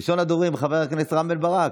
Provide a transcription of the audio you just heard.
ראשון הדוברים, חבר הכנסת רם בן ברק,